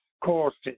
courses